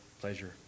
pleasure